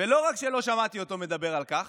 ולא רק שלא שמעתי אותו מדבר על כך,